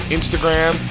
Instagram